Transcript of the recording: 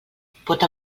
pot